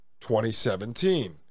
2017